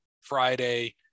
Friday